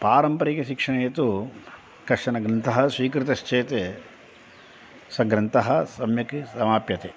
पारम्परिकशिक्षणे तु कश्चन ग्रन्थः स्वीकृतश्चेत् स ग्रन्थः सम्यक् समाप्यते